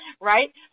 right